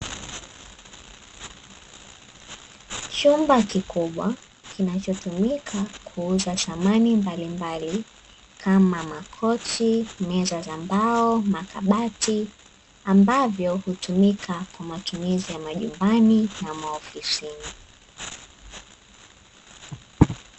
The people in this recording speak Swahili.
Chumba kikubwa kinachotumika kuuza samani mbalimbali, kama makochi, meza za mbao, makabati, ambavyo hutumika kwa matumizi ya majumbani na maofisini.